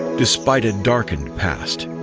despite a darkened past,